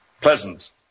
pleasant